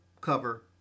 cover